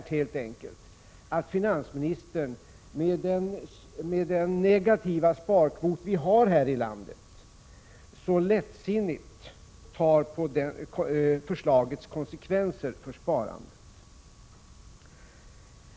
Det är helt enkelt anmärkningsvärt, med tanke på den negativa sparkvot vi har här i landet, att finansministern tar så lättsinnigt på förslagets konsekvenser för sparandet.